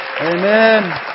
Amen